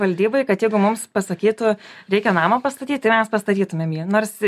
valdyboj kad jeigu mums pasakytų reikia namą pastatyt tai mes pastatytumėm jį nors